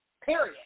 period